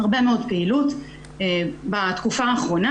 הרבה מאוד פעילות בתקופה האחרונה,